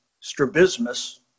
strabismus